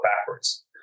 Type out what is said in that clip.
backwards